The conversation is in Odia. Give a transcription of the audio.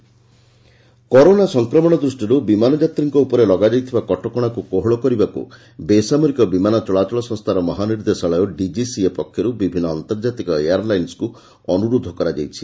କରୋନା ଡିଜିସିଏ କରୋନା ସଂକ୍ରମଣ ଦୃଷ୍ଟିରୁ ବିମାନ ଯାତ୍ରୀଙ୍କ ଉପରେ ଲଗାଯାଇଥିବା କଟକଣାକୁ କୋହଳ କରିବାକୁ ବେସାମରିକ ବିମାନ ଚଳାଚଳ ସଂସ୍ଥାର ମହାନିର୍ଦ୍ଦେଶାଳୟ ଡିଜିସିଏ ପକ୍ଷରୁ ବିଭିନ୍ନ ଆନ୍ତର୍ଜାତିକ ଏୟାର୍ ଲାଇନ୍ସକୁ ଅନୁରୋଧ କରାଯାଇଛି